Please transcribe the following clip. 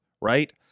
right